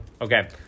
okay